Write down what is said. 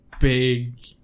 big